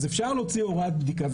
אז אפשר להוציא הוראת בדיקה,